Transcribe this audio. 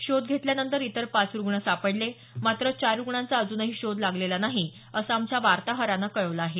शोध घेतल्यानंतर इतर पाच रुग्ण सापडले मात्र चार रुग्णांचा अजूनही शोध लागलेला नाही असं आमच्या वार्ताहरानं कळवलं आहे